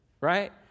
Right